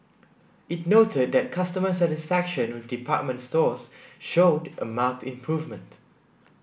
it noted that customer satisfaction with department stores showed a marked improvement